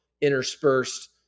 interspersed